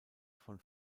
von